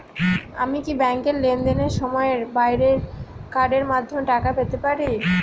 আমি কি ব্যাংকের লেনদেনের সময়ের বাইরেও কার্ডের মাধ্যমে টাকা পেতে পারি?